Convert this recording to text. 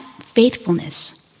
faithfulness